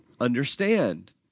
understand